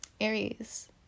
Aries